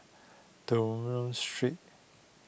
Dunlop Street